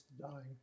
dying